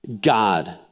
God